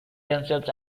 themselves